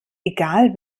egal